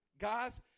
guys